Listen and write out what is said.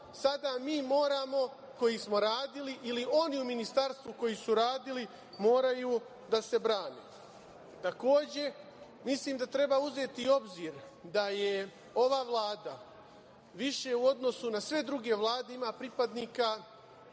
sada mi moramo koji smo radili ili oni u Ministarstvu koji su radili moraju da se brane. Takođe, mislim da treba uzeti u obzir da ova Vlada više u odnosu na sve druge vlade ima pripadnika